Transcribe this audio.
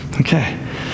Okay